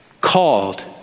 called